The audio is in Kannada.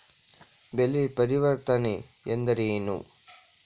ಬೆಳೆ ಪರಿವರ್ತನೆ ಎಂದರೇನು?